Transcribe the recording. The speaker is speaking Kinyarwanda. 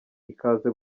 ikaze